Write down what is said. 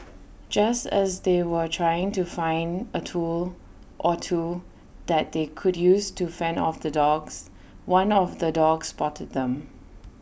just as they were trying to find A tool or two that they could use to fend off the dogs one of the dogs spotted them